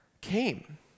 came